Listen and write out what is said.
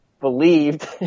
Believed